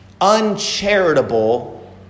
uncharitable